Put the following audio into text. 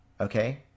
okay